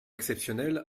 exceptionnelle